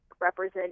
represent